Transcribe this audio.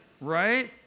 Right